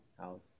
house